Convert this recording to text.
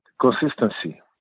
Consistency